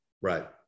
Right